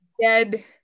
dead